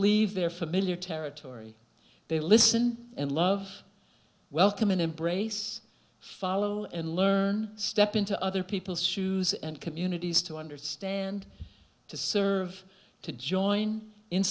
leave their familiar territory they listen and love welcome and embrace follow and learn step into other people's shoes and communities to understand to serve to join in